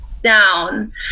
down